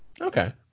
okay